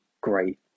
great